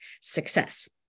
success